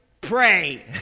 pray